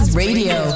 radio